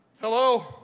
hello